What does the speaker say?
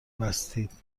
بستید